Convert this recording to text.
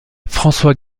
françois